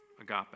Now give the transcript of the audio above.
agape